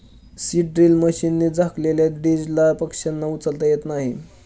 seed drill मशीनने झाकलेल्या दीजला पक्ष्यांना उचलता येत नाही